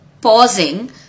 pausing